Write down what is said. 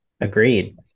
Agreed